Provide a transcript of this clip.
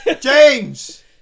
James